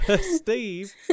Steve